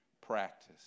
Practice